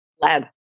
lab